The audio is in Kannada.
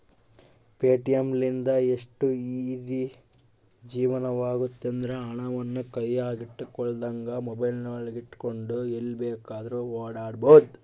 ಪೆಟಿಎಂ ಲಿಂದ ಎಷ್ಟು ಈಜೀ ಜೀವನವಾಗೆತೆಂದ್ರ, ಹಣವನ್ನು ಕೈಯಗ ಇಟ್ಟುಕೊಳ್ಳದಂಗ ಮೊಬೈಲಿನಗೆಟ್ಟುಕೊಂಡು ಎಲ್ಲಿ ಬೇಕಾದ್ರೂ ಓಡಾಡಬೊದು